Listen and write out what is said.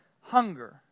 hunger